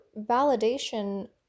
validation